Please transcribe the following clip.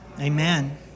Amen